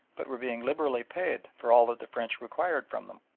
but were being liberally paid for all that the french required from them.